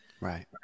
Right